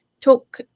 talk